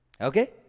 Okay